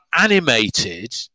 animated